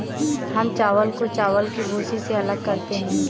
हम चावल को चावल की भूसी से अलग करते हैं